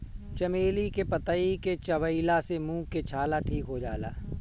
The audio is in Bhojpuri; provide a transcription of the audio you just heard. चमेली के पतइ के चबइला से मुंह के छाला ठीक हो जाला